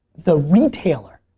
the retailer.